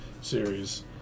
series